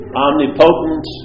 omnipotent